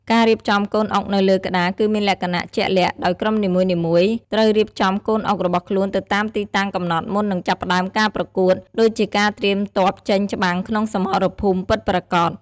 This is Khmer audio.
ការរៀបចំកូនអុកនៅលើក្តារគឺមានលក្ខណៈជាក់លាក់ ដោយក្រុមនីមួយៗត្រូវរៀបចំកូនអុករបស់ខ្លួនទៅតាមទីតាំងកំណត់មុននឹងចាប់ផ្តើមការប្រកួត ដូចជាការត្រៀមទ័ពចេញច្បាំងក្នុងសមរភូមិពិតប្រាកដ។